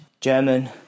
German